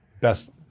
Best